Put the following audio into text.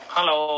Hello